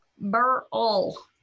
Burl